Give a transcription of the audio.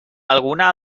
alguna